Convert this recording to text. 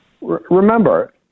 Remember